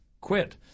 quit